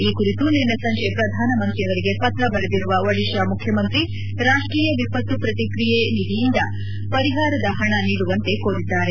ಈ ಕುರಿತು ನಿನ್ನ ಸಂಜೆ ಪ್ರಧಾನಮಂತ್ರಿಯವರಿಗೆ ಪತ್ರ ಬರೆದಿರುವ ಒಡಿಶಾ ಮುಖ್ಯಮಂತ್ರಿ ರಾಷ್ಟೀಯ ವಿಪತ್ತು ಪ್ರತಿಕ್ರಿಯ ನಿಧಿಯಿಂದ ಪರಿಹಾರದ ಹಣ ನೀಡುವಂತೆ ಕೋರಿದ್ದಾರೆ